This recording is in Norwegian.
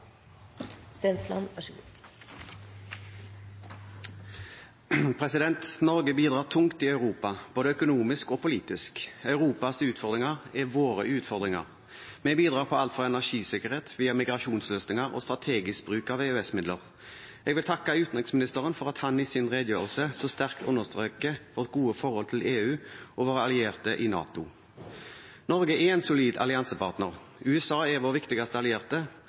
Norge bidrar tungt i Europa, både økonomisk og politisk. Europas utfordringer er våre utfordringer. Vi bidrar innenfor alt fra energisikkerhet via migrasjonsløsninger til strategisk bruk av EØS-midler. Jeg vil takke utenriksministeren for at han i sin redegjørelse så sterkt understreker vårt gode forhold til EU og våre allierte i NATO. Norge er en solid alliansepartner. USA er vår viktigste allierte,